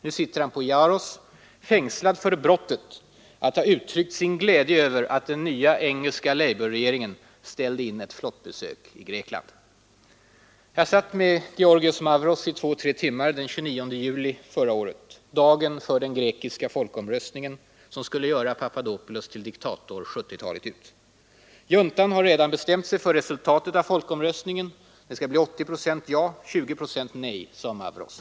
Nu sitter han på Yaros, fängslad för brottet att ha uttryckt sin glädje över att den nya engelska labourregeringen ställde in ett flottbesök i Grekland. Jag träffade Giorgios Mavros i två tre timmar den 29 juli förra året, dagen för den grekiska folkomröstning som skulle göra Papadopolous till diktator 1970-talet ut. Juntan har redan bestämt sig för att resultatet av folkomröstningen skall bli 80 procent ja, 20 procent nej, sade Mavros.